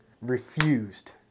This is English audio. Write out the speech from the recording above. Refused